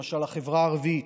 למשל לחברה הערבית,